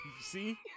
see